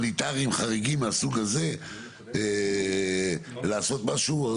הומניטריים, חריגים, מהסוג הזה, לעשות משהו.